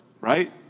right